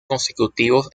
consecutivos